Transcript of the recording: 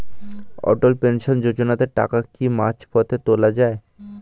অটল pension যোজনাতে টাকা কি মাঝপথে তোলা যায়?